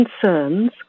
concerns